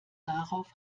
darauf